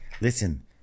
Listen